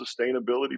sustainability